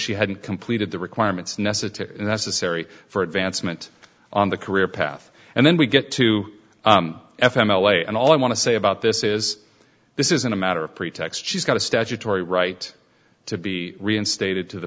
she hadn't completed the requirements nesa to necessary for advancement on the career path and then we get to f m l a and all i want to say about this is this isn't a matter of pretext she's got a statutory right to be reinstated to the